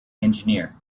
engineer